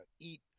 eat